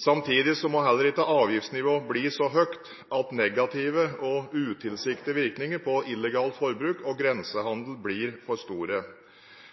Samtidig må ikke avgiftsnivået bli så høyt at negative og utilsiktede virkninger på illegalt forbruk og grensehandel blir for store.